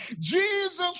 Jesus